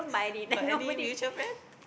got any mutual friend